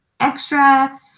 extra